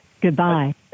Goodbye